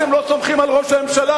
אתם לא סומכים על ראש הממשלה,